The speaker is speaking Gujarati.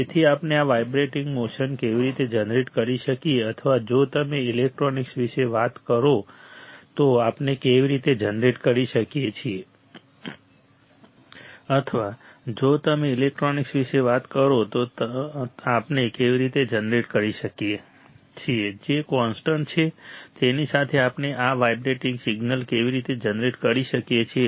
તેથી આપણે આ વાઇબ્રેટિંગ મોશન કેવી રીતે જનરેટ કરી શકીએ અથવા જો તમે ઇલેક્ટ્રોનિક્સ વિશે વાત કરો તો આપણે કેવી રીતે જનરેટ કરી શકીએ છીએ જે કોન્સ્ટન્ટ છે તેની સાથે આપણે આ વાઇબ્રેટિંગ સિગ્નલ કેવી રીતે જનરેટ કરી શકીએ છીએ